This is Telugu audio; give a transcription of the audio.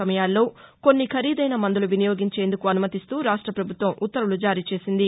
సమయాల్లో కొన్ని ఖరీదైన మందులు వినియోగించేందుకు అనుమతిస్తూ రాష్ట పభుత్వం ఉత్తర్వులు జారీ చేసింది